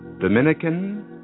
Dominican